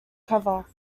cover